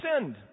send